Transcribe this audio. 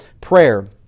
Prayer